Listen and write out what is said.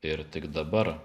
ir tik dabar